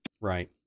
Right